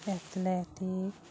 athletic